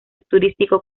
turístico